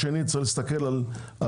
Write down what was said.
שתיים, יש להסתכל על גיאוגרפיה.